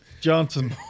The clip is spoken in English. Johnson